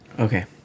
Okay